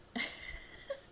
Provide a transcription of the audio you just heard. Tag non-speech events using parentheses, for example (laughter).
(laughs)